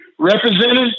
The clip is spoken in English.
represented